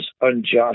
unjust